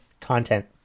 content